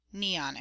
Neonic